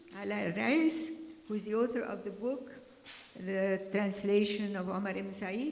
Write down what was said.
ala alryyes who is the author of the book the translation of omar ibn so yeah